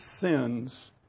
sins